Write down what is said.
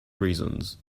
reasons